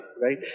right